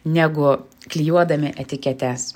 negu klijuodami etiketes